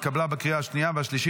התקבלה בקריאה השנייה והשלישית,